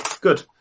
good